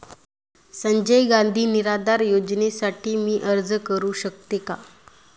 संजय गांधी निराधार अनुदान योजनेसाठी मी अर्ज करू शकते का?